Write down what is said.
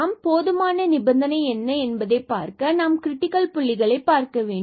எனவே போதுமான நிபந்தனைகள் என்ன என்பதை பார்க்க நாம் கிரிட்டிக்கல் புள்ளிகளை பார்க்க வேண்டும்